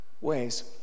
ways